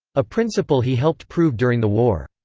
a principle he helped prove during the war.